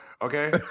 Okay